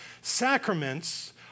Sacraments